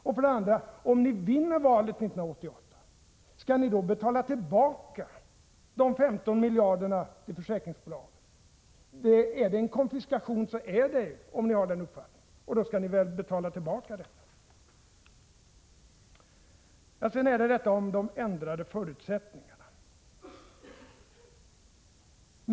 Och för det andra: Om ni vinner valet 1988, skall ni då betala de 15 miljarderna till försäkringsbolagen? Är det en konfiskation så är det, om ni har den uppfattningen, och då skall ni väl betala tillbaka pengarna. Sedan är det fråga om de ändrade förutsättningarna.